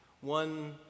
one